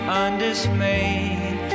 undismayed